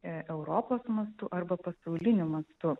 europos mastu arba pasauliniu mastu